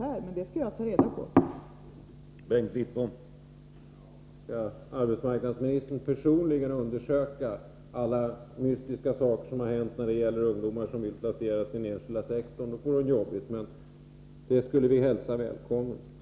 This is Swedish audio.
Jag skall emellertid ta reda på hur det förhåller sig.